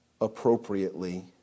appropriately